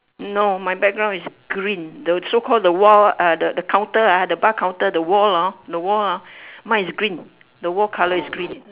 no my background is green the so call the wall uh the the counter ah the bar counter the wall orh the wall orh mine is green the wall colour is green